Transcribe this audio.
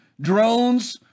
drones